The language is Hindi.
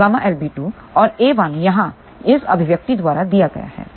तो a2 ƬL b2 और a1 यहाँ इस अभिव्यक्ति द्वारा दिया गया है